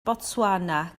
botswana